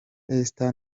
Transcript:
esther